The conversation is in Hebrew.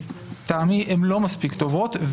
לטעמי, הן לא מספיק טובות.